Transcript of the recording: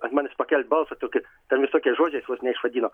ant manęs pakelti balsą tokį ten visokiais žodžiais vos neišvadino